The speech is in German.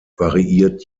variiert